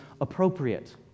appropriate